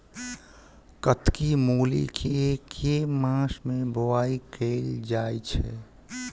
कत्की मूली केँ के मास मे बोवाई कैल जाएँ छैय?